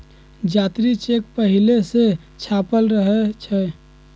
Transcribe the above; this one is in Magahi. जात्री चेक पहिले से छापल रहै छइ